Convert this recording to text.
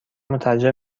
مترجم